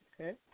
Okay